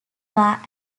war